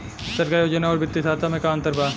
सरकारी योजना आउर वित्तीय सहायता के में का अंतर बा?